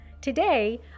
Today